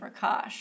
Rakash